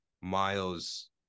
Miles